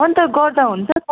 अनि त गर्दा हुन्छ त